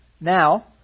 Now